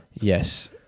Yes